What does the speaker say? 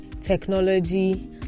technology